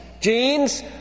genes